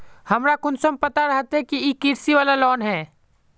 हमरा कुंसम पता रहते की इ कृषि वाला लोन है?